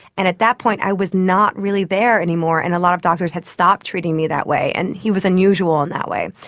and at that point i was not really there anymore and a lot of doctors had stopped treating me that way, and he was unusual in that way.